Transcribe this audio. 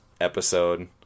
episode